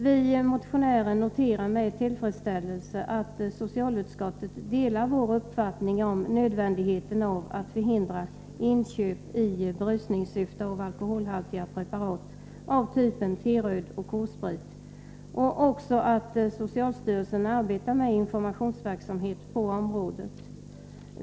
Vi motionärer noterar med tillfredsställelse att socialutskottet delar vår uppfattning om nödvändigheten av att förhindra inköp i berusningssyfte av alkoholhaltiga preparat av typen T-röd och K-sprit. Vi noterar också att socialstyrelsen arbetar med informationsverksamhet på området.